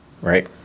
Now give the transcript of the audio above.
Right